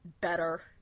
better